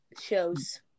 shows